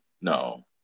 no